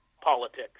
politics